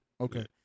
okay